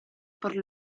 per